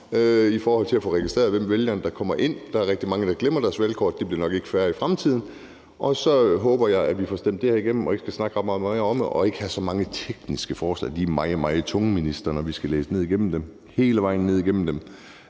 i forhold til at få registreret vælgerne, der kommer ind. Der er rigtig mange, der glemmer deres valgkort, og det bliver nok ikke færre i fremtiden. Så håber jeg, at vi får stemt det her igennem og ikke skal snakke ret meget mere om det, og at vi ikke skal have så mange tekniske forslag. De er meget, meget tunge, minister, når vi skal læse ned igennem dem – hele vejen ned igennem dem.